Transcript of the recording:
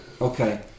Okay